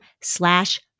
slash